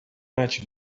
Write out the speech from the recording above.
much